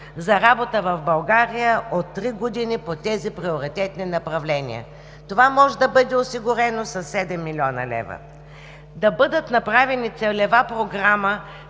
за работа в България от три години по тези приоритетни направления. Това може да бъде осигурено със седем милиона лева. Да бъде направена целева програма